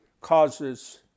causes